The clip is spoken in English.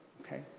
Okay